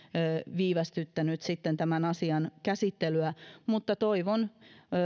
viivästyttänyt sitten tämän asian käsittelyä mutta toivon